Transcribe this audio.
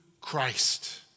Christ